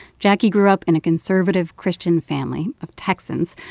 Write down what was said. jacquie grew up in a conservative, christian family of texans.